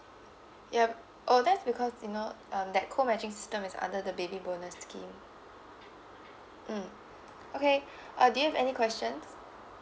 yup oh that's because you know that co matching system is under the baby bonus scheme mm okay uh do you have any questions